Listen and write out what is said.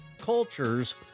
cultures